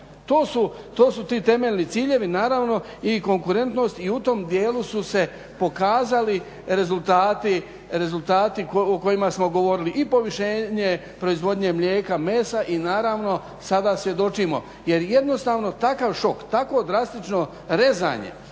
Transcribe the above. To su ti temeljni ciljevi, naravno i konkurentnost i u tom dijelu su se pokazali rezultati o kojima smo govorili i povišenje proizvodnje mlijeka, mesa i naravno sada svjedočimo. Jer jednostavno takav šok, takvo drastično rezanje